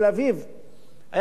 היה צריך נסיעה,